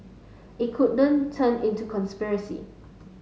it couldn't turn into conspiracy